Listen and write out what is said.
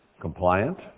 compliant